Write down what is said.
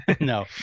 no